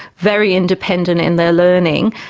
very independent in their learning,